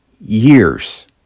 years